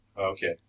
Okay